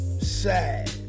Sad